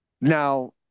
Now